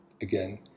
again